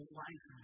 life